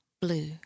blue